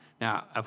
Now